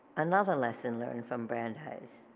another lesson learned from brandeis.